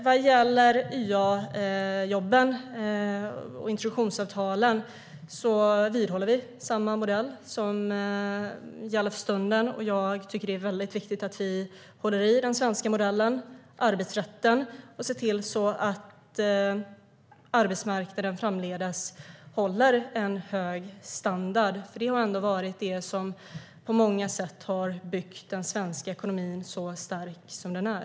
Vad gäller YA-jobben och introduktionsavtalen vidhåller vi samma modell som gäller för stunden. Jag tycker att det är viktigt att vi håller i den svenska modellen och arbetsrätten och ser till att arbetsmarknaden framdeles håller en hög standard, för det har varit detta som på många sätt har byggt den svenska ekonomin så stark som den är.